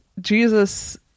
Jesus